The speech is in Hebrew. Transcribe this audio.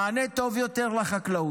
מענה טוב יותר לחקלאות,